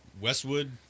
Westwood